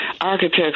architects